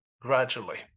gradually